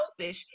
selfish